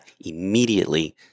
immediately